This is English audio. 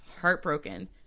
heartbroken